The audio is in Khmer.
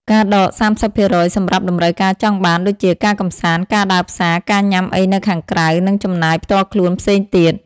ការដក 30% សម្រាប់តម្រូវការចង់បាន ដូចជា ការកម្សាន្ត ការដើរផ្សារ ការញ៉ាំអីនៅខាងក្រៅ និងចំណាយផ្ទាល់ខ្លួនផ្សេងទៀត។